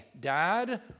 Dad